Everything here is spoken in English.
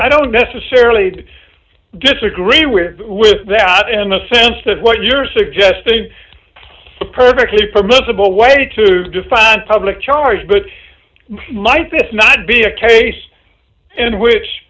i don't necessarily disagree with that in the sense of what you're suggesting perfectly permissible way to defy a public charge but might this not be a case in which